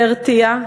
זה הרתיע,